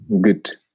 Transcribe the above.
good